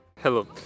Hello